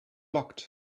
locked